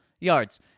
yards